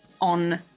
on